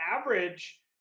average